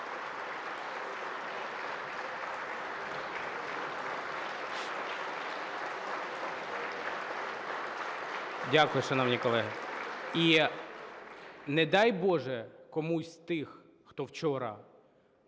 Дякую, шановні колеги. І не дай Боже, комусь з тих, хто вчора